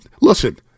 Listen